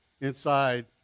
inside